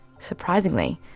surprisingly,